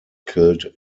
killed